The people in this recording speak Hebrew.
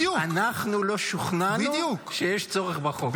אנחנו לא שוכנענו שיש צורך בחוק.